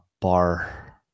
Bar